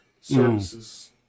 services